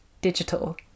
digital